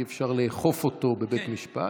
אי-אפשר לאכוף אותו בבית משפט.